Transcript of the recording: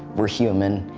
we're human,